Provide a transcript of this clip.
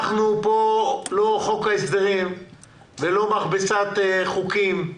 אנחנו כאן לא חוק ההסדרים ולא מכבסת חוקים.